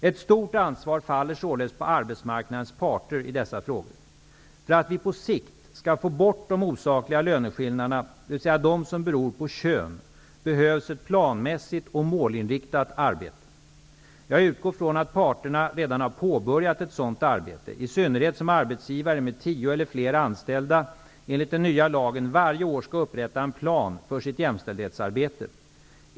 Ett stort ansvar faller således på arbetsmarknadens parter i dessa frågor. För att vi på sikt skall få bort de osakliga löneskillnaderna, dvs. de som beror på kön, behövs det ett planmässigt och målinriktat arbete. Jag utgår från att parterna redan har påbörjat ett sådant arbete, i synnerhet som arbetsgivare med tio eller fler anställda enligt den nya lagen varje år skall upprätta en plan för sitt jämställdhetsarbete.